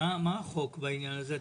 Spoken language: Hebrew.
מה החוק בעניין הזה?